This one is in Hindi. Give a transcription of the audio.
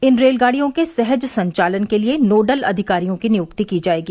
इन रेलगाडियों के सहज संचालन के लिए नोडल अधिकारियों की नियुक्ति की जाएगी